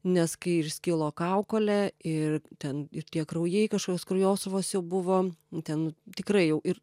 nes kai ir skilo kaukolė ir ten ir tie kraujai kažkokios kraujosruvos jau buvo ten tikrai jau ir